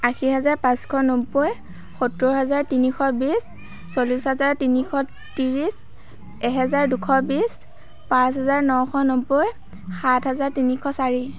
আশী হেজাৰ পাঁচশ নব্বৈ সত্তৰ হেজাৰ তিনিশ বিশ চল্লিছ হেজাৰ তিনিশ ত্ৰিছ এহেজাৰ দুশ বিশ পাঁচ হেজাৰ নশ নব্বৈ সাত হেজাৰ তিনিশ চাৰি